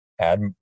add